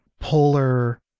polar